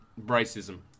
Racism